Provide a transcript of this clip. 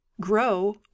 grow